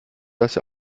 dass